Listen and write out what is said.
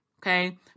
Okay